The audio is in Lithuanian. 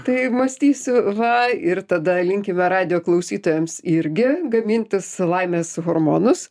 tai mąstysiu va ir tada linkime radijo klausytojams irgi gamintis laimės hormonus